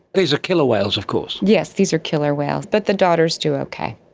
these are killer whales of course. yes, these are killer whales. but the daughters do okay.